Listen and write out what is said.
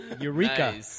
Eureka